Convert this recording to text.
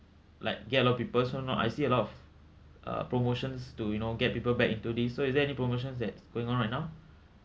like get a lot of people so now I see a lot of uh promotions to you know get people back into this so is there any promotions that's going on right now